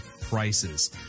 prices